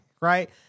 Right